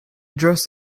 dressed